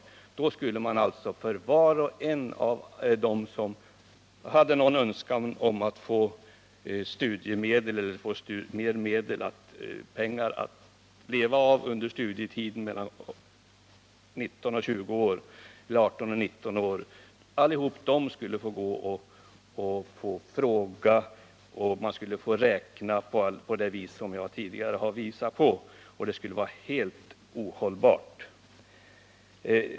Med regeringens förslag skulle alla 18-19-åringar som önskade få pengar att leva på under studietiden få gå och fråga, och man skulle få räkna på det sätt som jag tidigare har visat. Det skulle vara helt ohållbart.